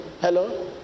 Hello